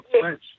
French